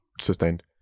sustained